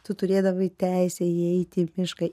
tu turėdavai teisę įeiti į mišką